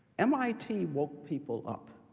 mit woke people up.